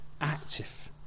active